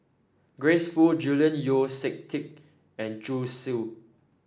Grace Fu Julian Yeo See Teck and Zhu Xu